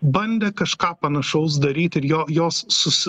bandė kažką panašaus daryti ir jo jos susi